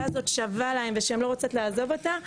הזאת שווה להם שהן לא רוצות לעזוב אותה,